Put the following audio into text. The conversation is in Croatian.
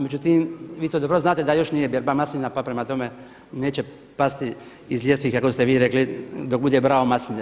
Međutim, vi to dobro znate da još nije berba maslina pa prema tome neće pasti iz ljestvi kako ste vi rekli dok bude brao masline.